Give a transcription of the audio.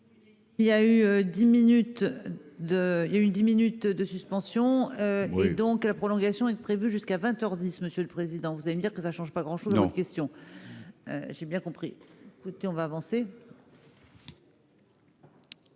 il y a une 10 minutes de suspension. Et donc la prolongation prévu jusqu'à 20h 10. Monsieur le Président, vous allez me dire que ça change pas grand chose d'autre question. J'ai bien compris. Écoutez on va avancer. Monsieur